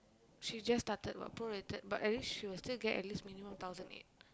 she still started what prorated but at least she will still get at least minimum thousand eight